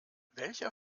welcher